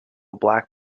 black